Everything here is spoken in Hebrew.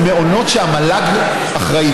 למעונות שהמל"ג אחראי,